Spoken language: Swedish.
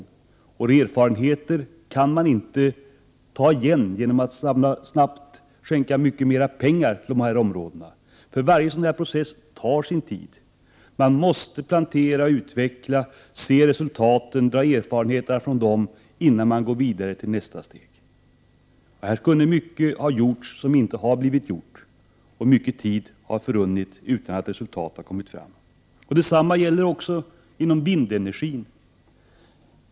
Missade erfarenheter kan man inte heller ta igen genom att snabbt satsa mycket mer pengar på dessa områden. Varje process tar nämligen sin tid. Det måste ske planering och utveckling, och resultaten måste fram så att erfarenheter skall kunna göras innan nästa steg tas. Mycket kunde ha gjorts som inte har blivit gjort, och mycket tid har förrunnit utan att nödvändiga erfarenheter vunnits. Detsamma gäller vindenergin.